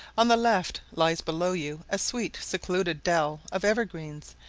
on the left lies below you a sweet secluded dell of evergreens,